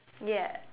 ya